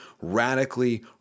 radically